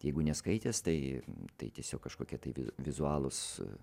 jeigu neskaitęs tai tai tiesiog kažkokie tai vi vizualūs